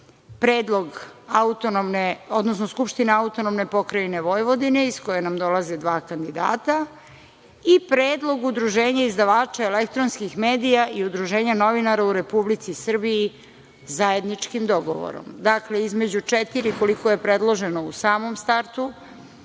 Predlog Skupštine AP Vojvodine iz koje nam dolaze dva kandidata i Predlog Udruženja izdavača elektronskih medija i Udruženja novinara u Republici Srbiji zajedničkim dogovorom. Dakle, između četiri, koliko je predloženo u samom startu